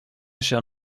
shall